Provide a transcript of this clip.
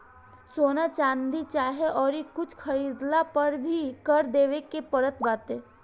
सोना, चांदी चाहे अउरी कुछु खरीदला पअ भी कर देवे के पड़त बाटे